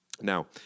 Now